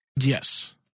Yes